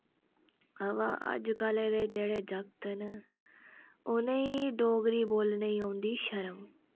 अवा अजकल दे जेह्ड़े जागत न उनेंई डोगरी बोलने ई औंदी शर्म